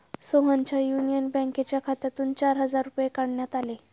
सोहनच्या युनियन बँकेच्या खात्यातून चार हजार रुपये काढण्यात आले